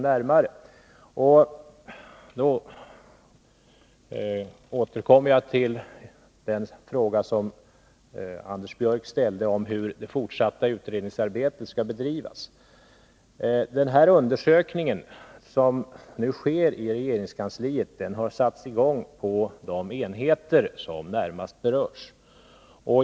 Därmed vill jag återkomma till den fråga som Anders Björck ställde om hur det fortsatta utredningsarbetet skall bedrivas. Den undersökning som nu har satts i gång inom regeringskansliet sker på de enheter som närmast berörs.